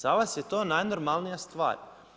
Za vas je to najnormalnija stvar.